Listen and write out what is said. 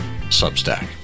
Substack